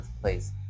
place